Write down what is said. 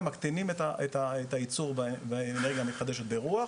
הם מקטינים את הייצור באנרגיה המתחדשת ברוח.